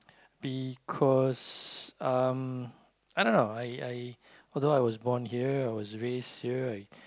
because um i don't know I I although I was born here I was raised here I